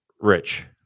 Rich